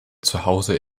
zuhause